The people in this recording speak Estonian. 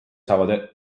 saavad